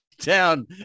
down